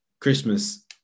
Christmas